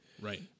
Right